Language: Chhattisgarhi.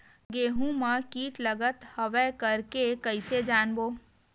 गेहूं म कीट लगत हवय करके कइसे जानबो?